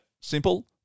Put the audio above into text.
simple